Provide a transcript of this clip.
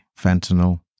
fentanyl